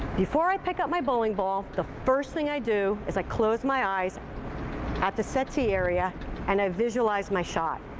before i pick up my bowling ball, the first thing i do is i close my eyes at the settee area and i visualize my shot.